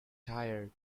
tired